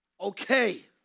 Okay